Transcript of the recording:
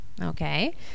Okay